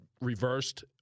reversed